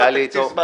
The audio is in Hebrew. אני קצבתי את זה.